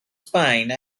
spine